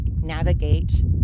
navigate